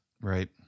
Right